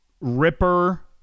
Ripper